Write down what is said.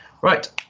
Right